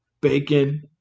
bacon